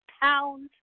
pounds